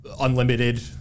unlimited